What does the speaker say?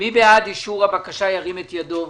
מי בעד אישור הבקשה ירים את ידו?